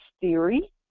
theory